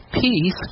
Peace